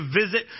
visit